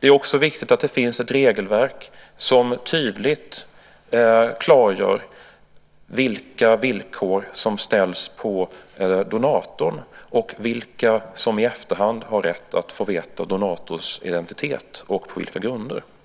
Det är också viktigt att det finns ett regelverk som tydligt klargör vilka villkor som ställs på donatorn samt vilka som i efterhand har rätt att få veta donatorns identitet och på vilka grunder.